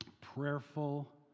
prayerful